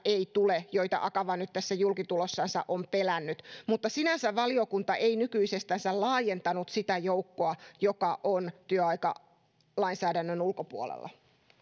ei tule niitä ongelmia joita akava nyt tässä julkitulossansa on pelännyt sinänsä valiokunta ei nykyisestänsä laajentanut sitä joukkoa joka on työaikalainsäädännön ulkopuolella